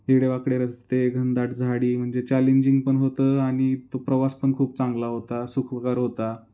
वेडेवाकडे रस्ते घनदाट झाडी म्हणजे चॅलेंजिंग पण होतं आणि तो प्रवास पण खूप चांगला होता सुखकर होता